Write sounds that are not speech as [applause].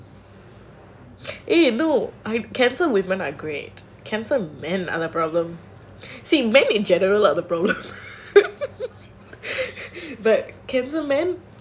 eh no cancer women are great cancer men are the problem see men in general are the problem [laughs] but can cancer men